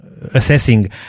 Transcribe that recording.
assessing